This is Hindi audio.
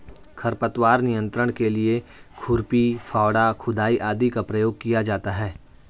खरपतवार नियंत्रण के लिए खुरपी, फावड़ा, खुदाई आदि का प्रयोग किया जाता है